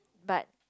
but